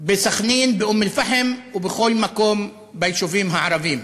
בסח'נין, באום-אלפחם ובכל מקום ביישובים הערביים.